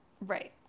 Right